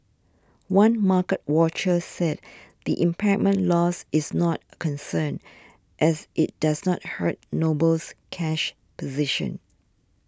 one market watcher said the impairment loss is not a concern as it does not hurt Noble's cash position